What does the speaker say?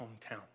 hometown